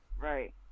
Right